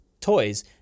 toys